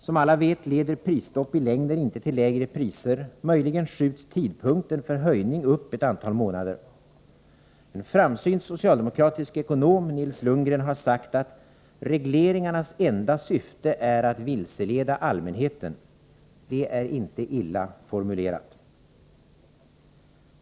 Som alla vet leder prisstopp i längden inte till lägre priser, möjligen skjuts tidpunkten för en höjning upp ett antal månader. En framsynt socialdemokratisk ekonom, Nils Lundgren, har sagt att regleringarnas enda syfte är att vilseleda allmänheten, och det är inte illa formulerat.